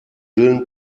willen